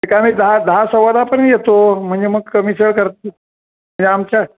ते आम्ही दहा दहा सव्वादहापर्यंत येतो म्हणजे मग कमी सेवा करते आमच्या